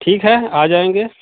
ठीक है आ जाएंगे